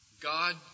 God